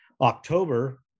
October